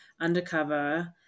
undercover